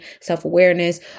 self-awareness